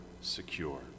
secure